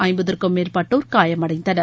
ஐம்பதுக்கும் மேற்பட்டோர் காயமடைந்தனர்